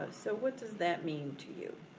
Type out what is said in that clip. so what does that mean to you?